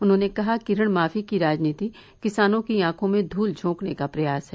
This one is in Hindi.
उन्होंने कहा कि ऋण माफी की राजनीति किसानों की आंखों में धूल झोंकने का प्रयास है